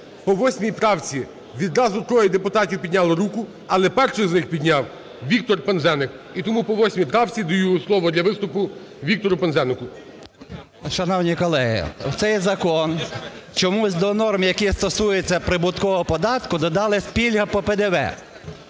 По 8 правці відразу три депутати підняли руку, але першим із них підняв Віктор Пинзеник. І тому по 8 правці даю слово для виступу Віктору Пинзенику. 11:05:28 ПИНЗЕНИК В.М. Шановні колеги, у цей закон чомусь до норм, які стосуються прибуткового податку, додали пільги по ПДВ